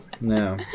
No